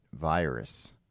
virus